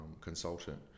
consultant